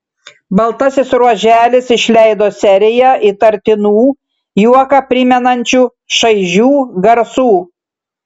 baltasis ruoželis išleido seriją įtartinų juoką primenančių šaižių garsų